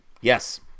Yes